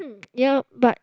ya but